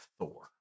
Thor